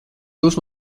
jūs